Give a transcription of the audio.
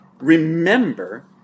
remember